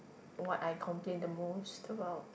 what I complain the most about